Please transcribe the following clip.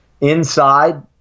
inside